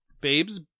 Babes